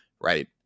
right